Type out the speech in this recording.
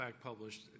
published